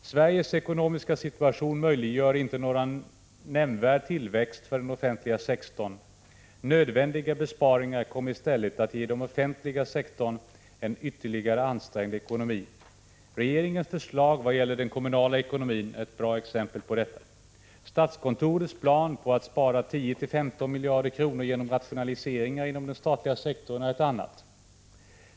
Sveriges ekonomiska situation möjliggör inte någon nämnvärd tillväxt av den offentliga sektorn. Nödvändiga besparingar kommer i stället att ge den offentliga sektorn en ytterligare ansträngd ekonomi. Regeringens förslag vad gäller den kommunala ekonomin är ett bra exempel. Statskontorets plan på att spara 10-15 miljarder kronor genom rationaliseringar inom den statliga sektorn är ett annat.